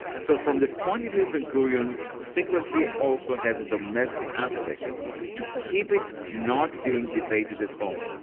so from the point of view of ben gurion, secrecy also has a domestic aspect to keep it not being debated at home.